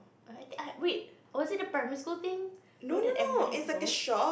(err)ya wait was it a primary school thing don't that everybody have to go